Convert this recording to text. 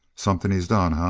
something he's done,